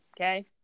okay